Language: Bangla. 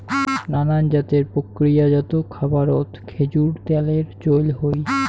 নানান জাতের প্রক্রিয়াজাত খাবারত খেজুর ত্যালের চইল হই